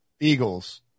Eagles